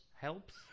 Helps